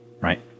right